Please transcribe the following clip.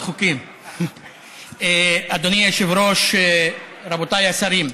אדוני היושב-ראש, רבותיי השרים,